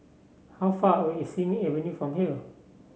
how far away is Simei Avenue from here